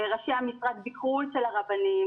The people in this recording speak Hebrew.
ראשי המשרד ביקרו אצל רבנים,